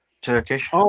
Turkish